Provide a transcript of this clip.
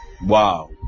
Wow